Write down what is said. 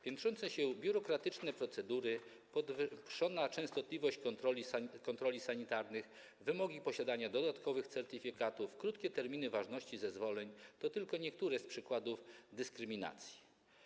Piętrzące się biurokratyczne procedury, zwiększona częstotliwość kontroli sanitarnych, wymogi posiadania dodatkowych certyfikatów, krótkie terminy ważności zezwoleń to tylko niektóre z przykładów dyskryminacji.